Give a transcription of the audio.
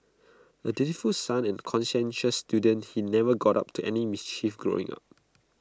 A dutiful son and conscientious student he never got up to any mischief growing up